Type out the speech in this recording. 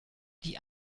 die